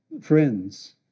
friends